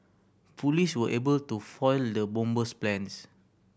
police were able to foil the bomber's plans